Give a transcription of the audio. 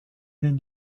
den